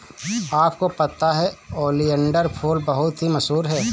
आपको पता है ओलियंडर फूल बहुत ही मशहूर है